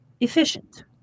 efficient